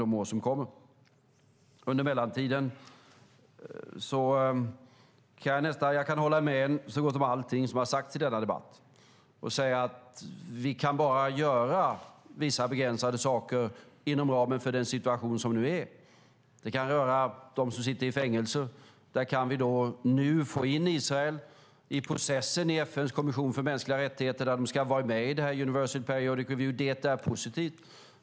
Lätt kommer det inte att bli. Jag kan hålla med om så gott som allting som har sagts under denna debatt och säga att vi bara kan göra vissa begränsade saker inom ramen för den situation som nu råder. Det kan röra dem som sitter i fängelse. Där kan vi nu få in Israel i processen i FN:s kommission för mänskliga rättigheter. De ska vara med i Universal Periodic Review, och det är positivt.